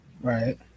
Right